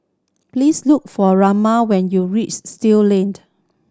please look for Roma when you reach Still Lane